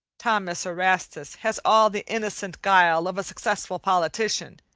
thomas erastus has all the innocent guile of a successful politician.